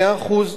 מאה אחוז.